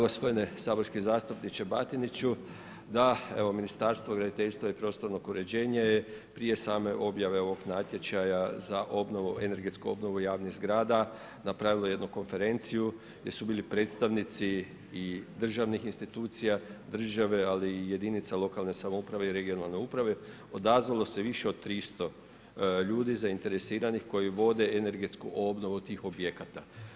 Gospodine saborski zastupniče Batiniću, da evo Ministarstvo graditeljstva i prostornog uređenja je prije same objave ovog natječaja za obnovu, energetsku obnovu javnih zgrada, napravila jednu konferenciju, gdje su bili predstavnici i državnih institucija, države ali i jedinica lokalne samouprave, regionalne uprave, odazvalo se više od 300 ljudi zainteresiranih koji vode energetsku obnovu tih objekata.